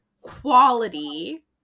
quality